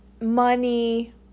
money